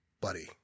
buddy